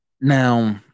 Now